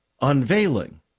unveiling